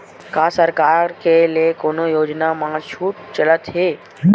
का सरकार के ले कोनो योजना म छुट चलत हे?